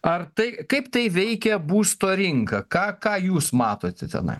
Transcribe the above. ar tai kaip tai veikia būsto rinką ką ką jūs matote tenai